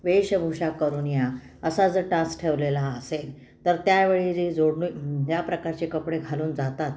वेशभूषा करून या असा जर टास्क ठेवलेला असेल तर त्यावेळी जी जोडणी ज्या प्रकारचे कपडे घालून जातात